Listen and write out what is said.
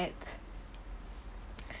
~at